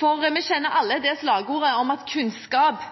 For vi kjenner alle det slagordet at kunnskap